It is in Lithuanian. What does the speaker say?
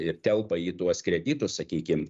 ir telpa į tuos kreditus sakykim